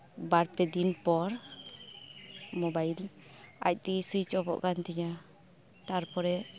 ᱵᱟᱨᱯᱮ ᱫᱤᱱ ᱯᱚᱨ ᱢᱚᱵᱟᱭᱤᱞ ᱟᱡᱛᱮᱜᱮ ᱥᱩᱭᱤᱡ ᱚᱯᱚᱜ ᱠᱟᱱᱛᱤᱧᱟᱹ ᱛᱟᱨᱯᱚᱨᱮ